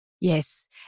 Yes